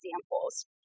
examples